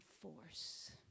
force